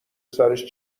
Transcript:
سرش